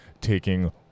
taking